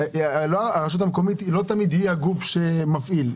הרשות המקומית לא תמיד הגוף שמפעיל.